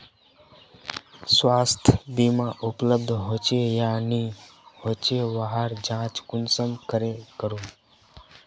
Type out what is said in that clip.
स्वास्थ्य बीमा उपलब्ध होचे या नी होचे वहार जाँच कुंसम करे करूम?